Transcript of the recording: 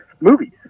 movies